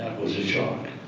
was a shock.